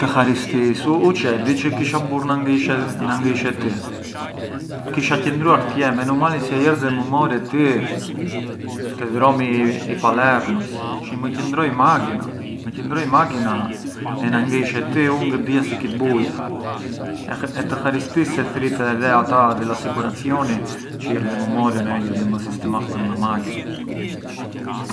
Të haristis, u çë e di çë kisha bur na ngë ishe ti, kisha qëndruar ktje menumali se jerde e më more ti te dhromi i Palermës, përçë më qëndroi makina… më qëndroi makina e na ngë ishe ti ngë dija si kit buja, e të haristis se thërrite edhe ata di l’assicurazioni çë jerd‘ e më morën e më sistimartën a makina.